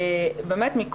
באמת,